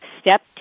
Step